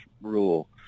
rule